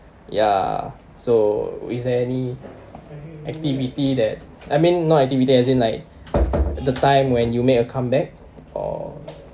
ya so is there any activity that I mean not activity as in like the time when you make a comeback or